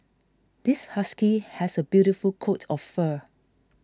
this husky has a beautiful coat of fur